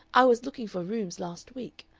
i was looking for rooms last week.